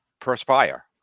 perspire